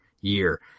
year